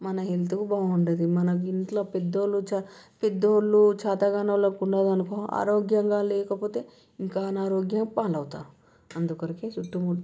మన హెల్త్ బాగుండదు మన ఇంట్లో పెద్దవాళ్ళు పెద్దవాళ్ళు చేతకాని వాళ్ళు ఉన్నారు అనుకో ఆరోగ్యంగా లేకపోతే ఇంకా అనారోగ్యం పాలవుతారు అందుకొరకే చుట్టు ముట్టు